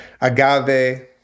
Agave